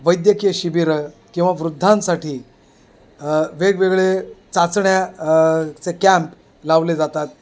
वैद्यकीय शिबिरं किंवा वृद्धांसाठी वेगवेगळे चाचण्या चे कॅम्प लावले जातात